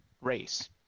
race